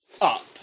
Up